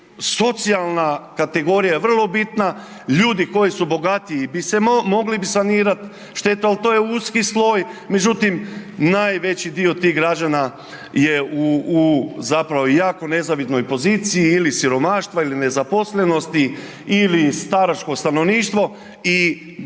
socijalna kategorija je vrlo bitna, ljudi koji su bogatiji bi se mogli sanirat šteta, al to je uski sloj, međutim, najveći dio tih građana je u, u zapravo jako nezavidnoj poziciji ili siromaštva ili nezaposlenosti ili staračko stanovništvo i upravo